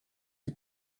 was